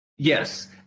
Yes